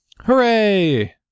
Hooray